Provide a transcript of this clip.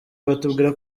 batubwira